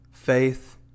faith